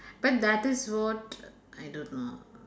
but that is what I don't know